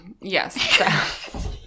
yes